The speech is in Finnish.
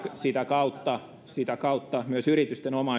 sitä kautta sitä kautta myös yritysten